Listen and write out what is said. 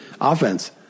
offense